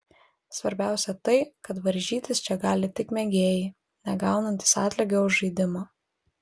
svarbiausia tai kad varžytis čia gali tik mėgėjai negaunantys atlygio už žaidimą